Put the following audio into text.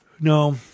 No